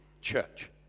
church